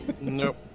Nope